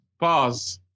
Pause